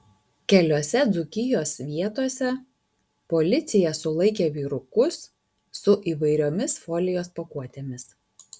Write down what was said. keliose dzūkijos vietose policija sulaikė vyrukus su įvairiomis folijos pakuotėmis